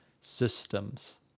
systems